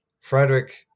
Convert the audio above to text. Frederick